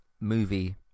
movie